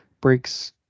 breaks